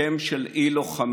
הסכם של אי-לוחמה